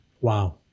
Wow